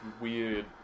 weird